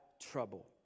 trouble